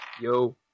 Yo